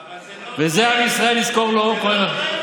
את זה עם ישראל יזכור לו זה לא אחראי,